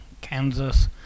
Kansas